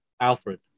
Alfred